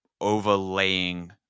overlaying